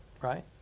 right